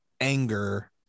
anger